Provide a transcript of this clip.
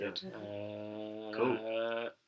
Cool